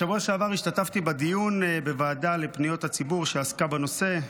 בשבוע שעבר השתתפתי בדיון בוועדה לפניות הציבור שעסקה בנושא.